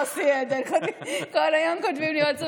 "יוסי" כל היום כותבים לי עוד זמרים.